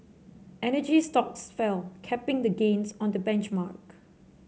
energy stocks fell capping the gains on the benchmark